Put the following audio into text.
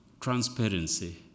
transparency